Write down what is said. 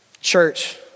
Church